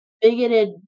bigoted